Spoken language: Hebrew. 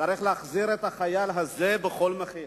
שצריך להחזיר את החייל הזה בכל מחיר.